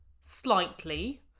slightly